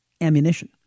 ammunition